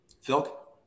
Phil